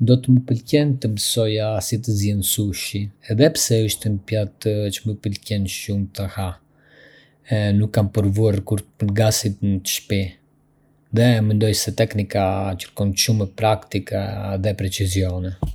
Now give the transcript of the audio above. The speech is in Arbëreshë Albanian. Do të më pëlqente të mësoja si të zienj sushi. Edhe pse është një pjatë që më pëlqen shumë ta ha, nuk kam provuar kurrë ta përgatis në shtëpi, dhe mendoj se teknika kërkon shumë praktikë dhe precisione.